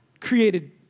created